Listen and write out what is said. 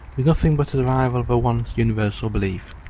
is nothing but a survival of a once universal belief.